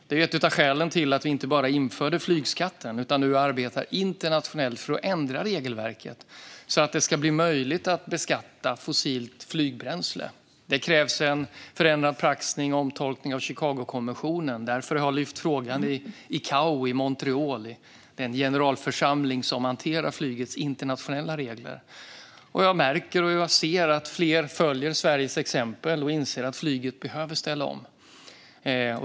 Det var ett av skälen till att vi inte bara införde flygskatten utan nu arbetar internationellt för att ändra regelverket så att det ska bli möjligt att beskatta fossilt flygbränsle. Det kräver en förändrad praxis och omtolkning av Chicagokonventionen. Därför har jag tagit upp frågan i ICAO i Montreal, den generalförsamling som hanterar flygets internationella regler. Jag märker och ser att fler följer Sveriges exempel och inser att flyget behöver ställa om.